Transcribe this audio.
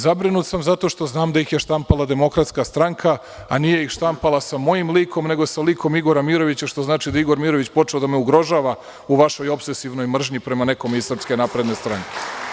Zabrinut sam zato što znam da ih je štampala Demokratska stranka, a nije ih štampala sa mojim likom, nego sa likom Igora Mirovića, što znači da je Igor Mirović počeo da me ugrožava u vašoj opsesivnoj mržnji prema nekome iz Srpske napredne stranke.